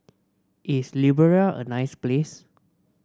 is Liberia a nice place